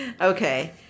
Okay